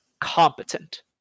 competent